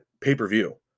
pay-per-view